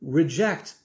reject